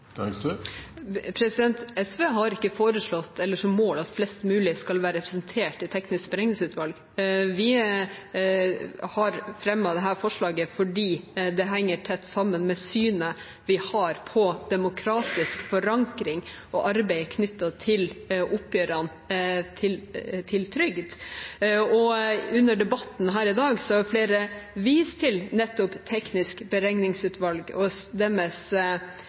SV har ikke foreslått eller har som mål at flest mulig skal være representert i Det tekniske beregningsutvalget. Vi har fremmet dette forslaget fordi det henger tett sammen med synet vi har på demokratisk forankring og arbeidet knyttet til oppgjørene om trygd. Under debatten i dag har flere vist til Det tekniske beregningsutvalget og deres